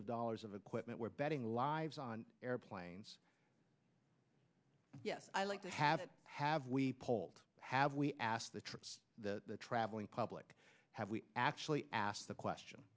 of dollars of equipment we're betting lives on airplanes yes i like to have it have we polled have we asked the troops the traveling public have we actually asked the question